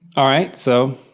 alright, so,